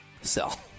Sell